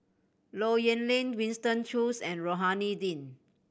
Low Yen Ling Winston Choos and Rohani Din